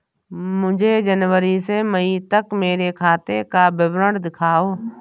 मुझे जनवरी से मई तक मेरे खाते का विवरण दिखाओ?